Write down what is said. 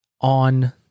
on